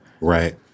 Right